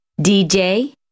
DJ